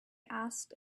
asked